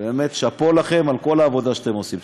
באמת שאפו לכם על כל העבודה שאתם עושים.